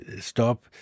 stop